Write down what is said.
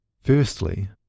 Firstly